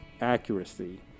accuracy